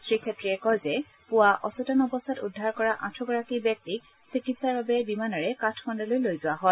শ্ৰী ক্ষেত্ৰীয়ে কয় যে পুৱা এচেতন অৱস্থাত উদ্ধাৰ কৰা আঠোগৰাকী ব্যক্তিক চিকিৎসাৰ বাবে বিমানেৰে কাঠমাণুলৈ লৈ যোৱা হয়